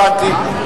הבנתי.